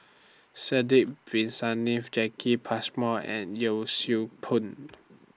Sidek Bin Saniff Jacki Passmore and Yee Siew Pun